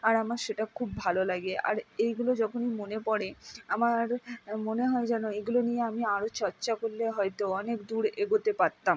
আর আমার সেটা খুব ভালো লাগে আর এইগুলো যখনই মনে পড়ে আমার মনে হয় যেন এইগুলো নিয়ে আমি আরও চর্চা করলে হয়তো অনেক দূর এগোতে পারতাম